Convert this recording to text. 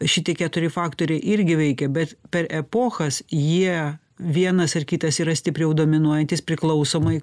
šitie keturi faktoriai irgi veikia bet per epochas jie vienas ir kitas yra stipriau dominuojantys priklausomai